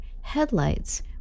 headlights